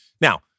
Now